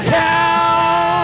town